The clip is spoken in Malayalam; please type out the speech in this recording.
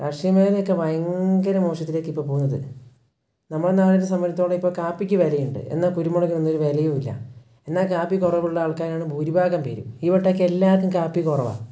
കാര്ഷിക മേഖലയൊക്കെ ഭയങ്കര മോശത്തിലേക്കിപ്പോൾ പോവുന്നത് നമ്മൾ നാളെയൊരു സമരത്തോടെ ഇപ്പോൾ കാപ്പിക്ക് വിലയുണ്ട് എന്നാൽ കുരുമുളകിനിന്നൊരു വിലയുമില്ല എന്നാൽ കാപ്പി കുറവുള്ള ആൾക്കാരാണ് ഭൂരിഭാഗം പേരും ഈ വട്ടമൊക്കെ എല്ലാവർക്കും കാപ്പി കുറവാണ്